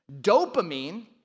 Dopamine